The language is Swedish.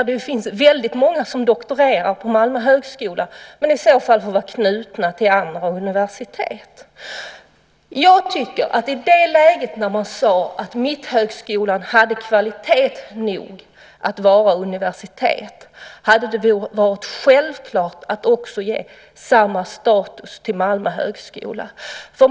Det finns många som doktorerar på Malmö högskola, men de får i så fall vara knutna till andra universitet. I det läget när man sade att Mitthögskolan hade tillräcklig kvalitet att vara universitet hade det varit självklart att också ge samma status till Malmö högskola.